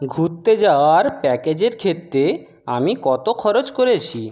ঘুরতে যাওয়ার প্যাকেজের ক্ষেত্রে আমি কত খরচ করেছি